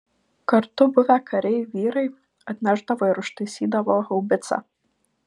kartu buvę kariai vyrai atnešdavo ir užtaisydavo haubicą